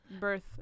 birth